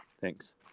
thanks